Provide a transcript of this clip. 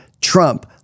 Trump